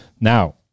now